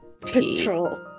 Patrol